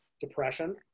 depression